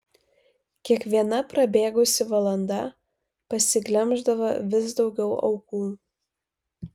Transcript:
kiekviena prabėgusi valanda pasiglemždavo vis daugiau aukų